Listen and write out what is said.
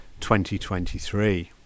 2023